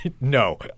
no